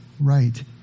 right